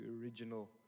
original